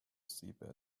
seabed